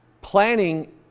planning